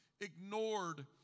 ignored